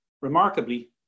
Remarkably